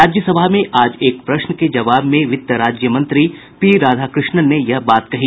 राज्यसभा में आज एक प्रश्न के जवाब में वित्त राज्य मंत्री पी राधाकृष्णन ने यह बात कही